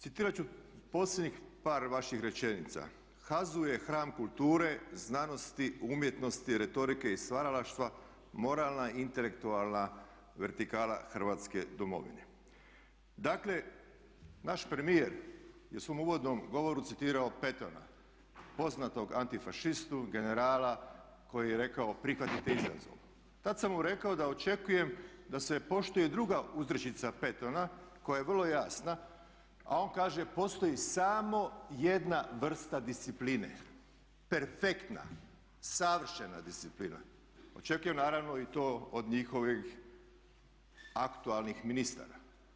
Citirat ću posljednjih par vaših rečenica: "HAZU je hram kulture, znanosti, umjetnosti, retorike i stvaralaštva, moralna i intelektualna vertikala Hrvatske domovine." Dakle, naš premijer je u svom uvodnom govoru citirao Pattona, poznatog antifašistu, generala koji je rekao: "Prihvatite izazov." Tad sam mu reko da očekujem da se poštuje druga uzrečica Pattona koja je vrlo jasna, a on kaže: "Postoji samo jedna vrsta discipline perfektna, savršena disciplina." Očekujem naravno i to od njihovih aktualnih ministara.